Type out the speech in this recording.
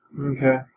Okay